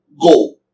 go